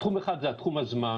תחום אחד זה תחום הזמן